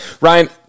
Ryan